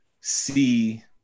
see